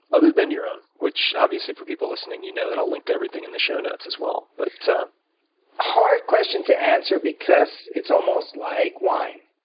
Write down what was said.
other than your own which obviously, for people listening, you know but i'll link to everything in the show notes, as well. but hard question to answer because it's almost like wine.